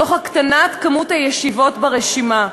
בהקטנת מספר הישיבות ברשימה.